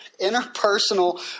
interpersonal